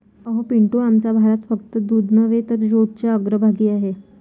अहो पिंटू, आमचा भारत फक्त दूध नव्हे तर जूटच्या अग्रभागी आहे